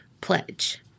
pledge